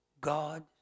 God